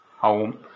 home